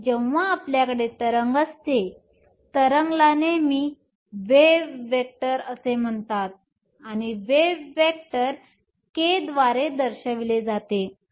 आणि जेव्हा आपल्याकडे तरंग असते तरंग ला नेहमी वेव्ह वेक्टर असे म्हणतात आणि वेव्ह वेक्टर k द्वारे दर्शविले जाते